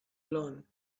learn